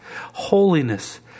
Holiness